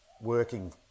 working